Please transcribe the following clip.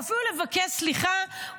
או אפילו לבקש סליחה,